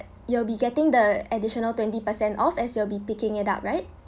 you'll be getting the additional twenty percent off as you will be picking it up right